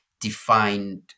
defined